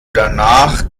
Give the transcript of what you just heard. danach